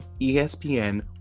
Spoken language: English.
ESPN